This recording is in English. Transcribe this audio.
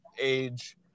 age